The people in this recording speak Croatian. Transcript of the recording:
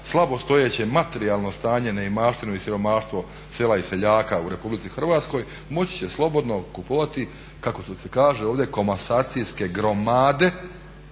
slabostojeće materijalno stanje neimaštinu i siromaštvo sela i seljaka u Republici Hrvatskoj moći će slobodno kupovati kako se kaže ovdje komasacijske gromade,